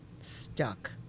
Stuck